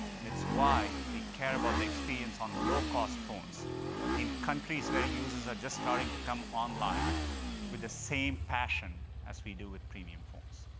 and it's why we care about the experience on low-cost phones in countries where users are just starting to come online with the same passion as we do with premium phones.